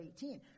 18